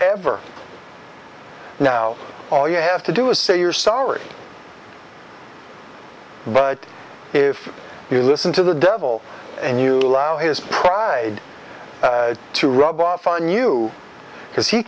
ever now all you have to do is say you're sorry but if you listen to the devil and you allow his pride to rub off on you because he